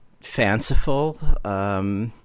fanciful